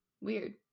Weird